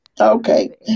Okay